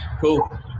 cool